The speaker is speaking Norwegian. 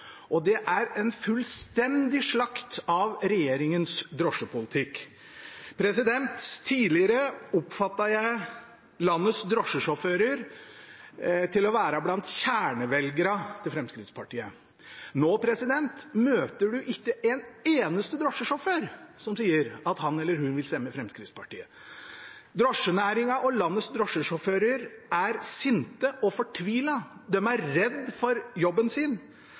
og det er en fullstendig slakt av regjeringens drosjepolitikk. Tidligere oppfattet jeg landets drosjesjåfører til å være blant Fremskrittspartiets kjernevelgere. Nå møter man ikke en eneste drosjesjåfør som sier at han eller hun vil stemme Fremskrittspartiet. Drosjenæringen og landets drosjesjåfører er sinte og fortvilet, de er redd for jobben sin